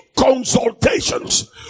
consultations